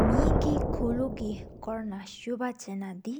མེགི་ཁུལོ་གི་ཀོར་ན་སུབ༹་ཆེ་ན་དི།